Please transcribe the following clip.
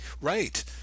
Right